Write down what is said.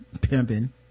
pimping